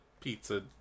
pizza